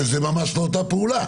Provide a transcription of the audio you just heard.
וזה ממש לא אותה פעולה.